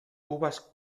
uvas